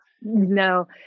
No